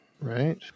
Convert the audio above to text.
right